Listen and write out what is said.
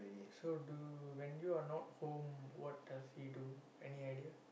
so do when you are not home what does he do any idea